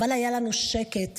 היה לנו שקט.